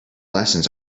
lessons